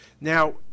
Now